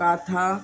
किथां